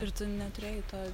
ir tu neturėjai to